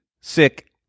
sick